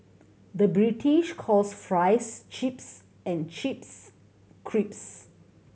the British calls fries chips and chips crisps